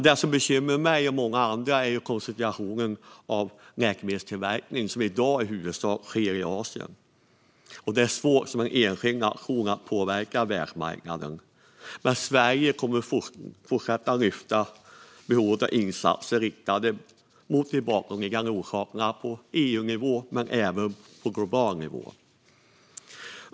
Det som bekymrar mig och många andra är koncentrationen av läkemedelstillverkningen, som i dag i huvudsak sker i Asien. Det är svårt som enskild nation att påverka världsmarknaden. Men Sverige kommer att fortsätta lyfta fram behovet av insatser riktade mot de bakomliggande orsakerna på EU-nivå men även på global nivå.